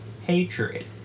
hatred